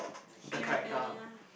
Hiragana